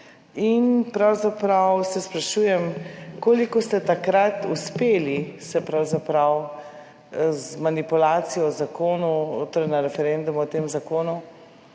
in pravzaprav se sprašujem koliko ste takrat uspeli se pravzaprav z manipulacijo v zakonu, torej na referendumu o tem zakonu,